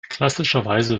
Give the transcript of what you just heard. klassischerweise